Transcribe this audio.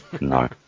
No